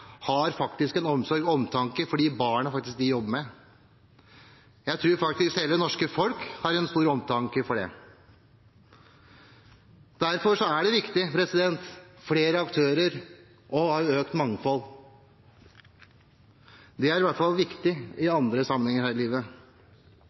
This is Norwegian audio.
har omsorg og omtanke for de barna de jobber med. Jeg tror faktisk hele det norske folk har en stor omtanke for dem. Derfor er det viktig med flere aktører og økt mangfold. Det er i hvert fall viktig i